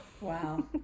Wow